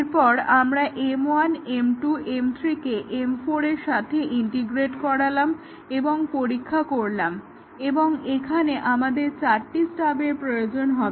এরপর আমরা M1 M2 M3 কে M4 এর সাথে ইন্টিগ্রেট করালাম এবং পরীক্ষা করলাম এবং এখানে আমাদের চারটি স্টাবের প্রয়োজন হবে